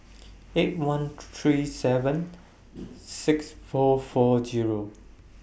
eight one Tree three seven six four four